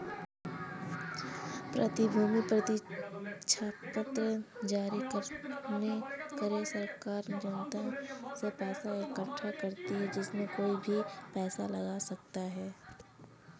प्रतिभूति प्रतिज्ञापत्र जारी करके सरकार जनता से पैसा इकठ्ठा करती है, इसमें कोई भी पैसा लगा सकता है